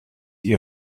ihr